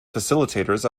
facilitators